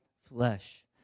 flesh